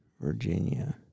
Virginia